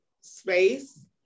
space